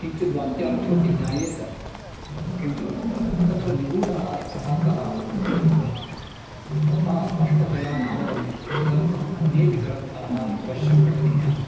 किञ्चित् वाक्यार्थोपि ज्ञायेत किन्तु तत्र निगूडाः अर्थः कः इति तथा स्पष्टतया नावगम्यते तदर्थम् अन्येपि ग्रन्थाः अवश्यं पठनीयाः